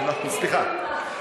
סליחה.